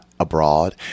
Abroad